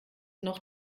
noch